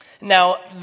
Now